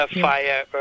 fire